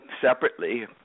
separately